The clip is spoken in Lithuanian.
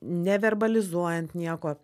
neverbalizuojant nieko